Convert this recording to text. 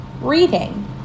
reading